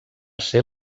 ser